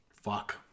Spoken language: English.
Fuck